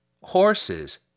Horses